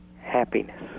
happiness